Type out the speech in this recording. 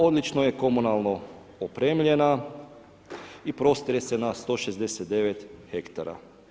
Odlično je komunalno opremljena i prostire se na 169 hektara.